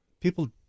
people